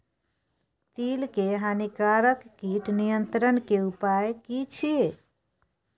तिल के हानिकारक कीट नियंत्रण के उपाय की छिये?